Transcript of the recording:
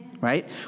right